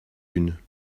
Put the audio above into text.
unes